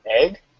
egg